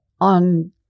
on